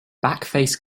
backface